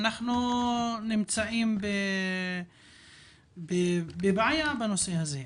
אנחנו נמצאים בבעיה בנושא הזה.